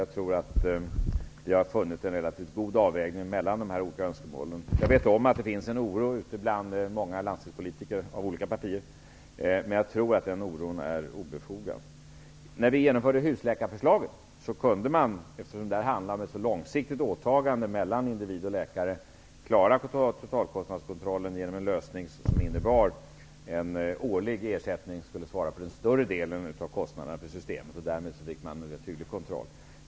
Jag tror att vi har gjort en relativt god avvägning mellan de olika önskemålen. Jag vet att det finns en oro ute bland många landstingspolitiker från olika partier, men den oron är nog obefogad. När husläkarsystemet genomfördes kunde man -- eftersom det här handlar om ett långsiktigt åtagande mellan individ och läkare -- klara totalkostnadskontrollen genom en lösning som innebar en årlig ersättning som skulle svara för en större del av kostnaderna för systemet. Därmed fick man en rätt hygglig kontroll.